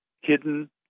hidden